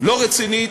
לא רצינית,